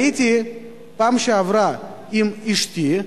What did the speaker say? הייתי בפעם שעברה עם אשתי,